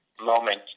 moment